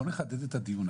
בוא נחדד את הדיון.